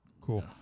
Cool